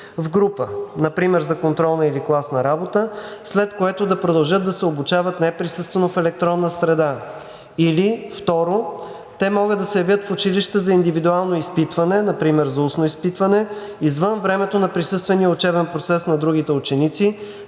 в група, например за контролна или класна работа, след което да продължат да се обучават неприсъствено в електронна среда. Или, второ, те могат да се явят в училище за индивидуално изпитване, например за устно изпитване, извън времето на присъствения учебен процес на другите ученици,